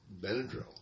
Benadryl